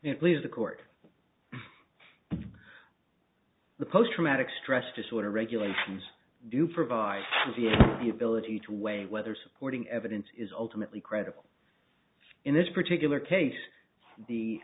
please the court the post traumatic stress disorder regulations do provide the ability to weigh whether supporting evidence is ultimately credible in this particular